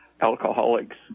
alcoholics